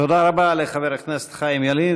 תודה רבה לחבר הכנסת חיים ילין.